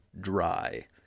dry